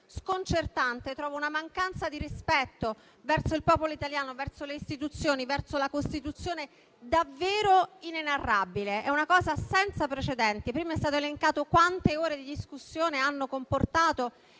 sconcertante, è una mancanza di rispetto verso il popolo italiano, verso le istituzioni e verso la Costituzione davvero inenarrabile, una cosa senza precedenti. Prima sono state elencate le ore di discussione che hanno comportato